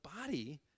body